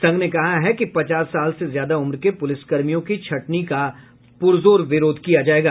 संघ ने कहा है कि पचास साल से ज्यादा उम्र के पुलिस कर्मियों की छंटनी का पुरजोर विरोध किया जायेगा